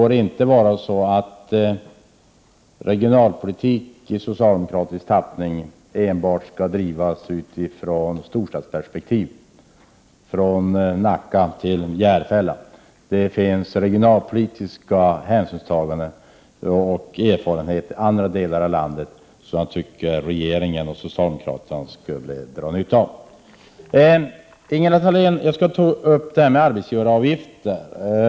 Regionalpolitik i socialdemokratisk tappning får inte bara drivas utifrån storstadsperspektiv, från Nacka till Järfälla. Det finns regionalpolitiska hänsynstaganden att göra och erfarenheter att dra från andra delar av landet som jag tycker att regeringen och socialdemokraterna skulle dra nytta av. Jag skulle vilja ta upp arbetsgivaravgifterna.